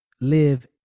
live